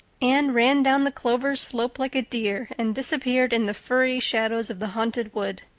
anne ran down the clover slope like a deer, and disappeared in the firry shadows of the haunted wood.